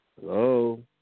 Hello